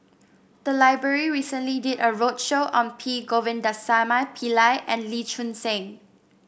the library recently did a roadshow on P Govindasamy Pillai and Lee Choon Seng